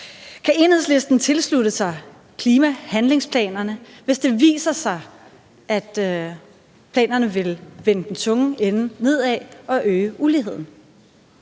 Kan Enhedslisten tilslutte sig klimahandlingsplanerne, hvis det viser sig, at planerne vil vende den tunge ende nedad og øge uligheden?